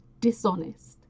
dishonest